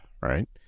right